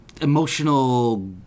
emotional